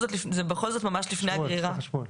זה ממש לפני הגרירה.